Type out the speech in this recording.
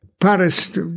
Paris